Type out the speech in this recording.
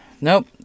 Nope